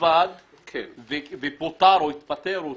עבד אל חכים חאג' יחיא (הרשימה המשותפת): כן.